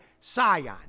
Sion